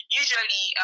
usually